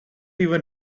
even